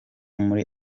muri